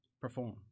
Perform